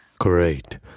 Great